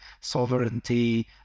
sovereignty